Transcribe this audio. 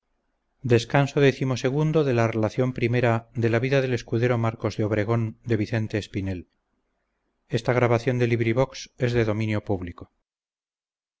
la donosa narración de las aventuras del escudero marcos de obregón